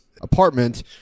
apartment